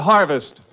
Harvest